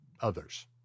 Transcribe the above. others